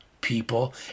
people